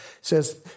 says